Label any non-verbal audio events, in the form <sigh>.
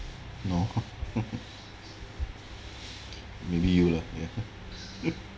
no <laughs> maybe you love ya <laughs>